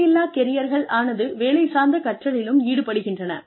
எல்லையில்லா கெரியர்கள் ஆனது வேலை சார்ந்த கற்றலிலும் ஈடுபடுகின்றன